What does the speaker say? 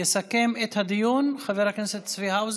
יסכם את הדיון חבר הכנסת צבי האוזר.